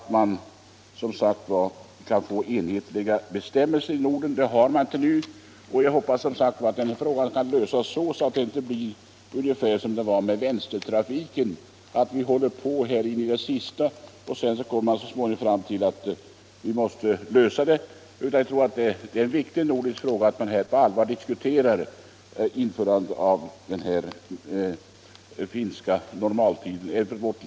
Jag hoppas att denna fråga kan lösas på samma sätt som var fallet när vi införde högertrafik. Då fann vi till slut att vi inte borde vara ensamma om den ordning som vi hade i Sverige. Det är på tiden att även vi inför den finska normaltiden. Herr talman!